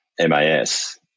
mas